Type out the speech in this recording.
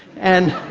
and